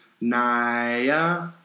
Naya